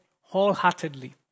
wholeheartedly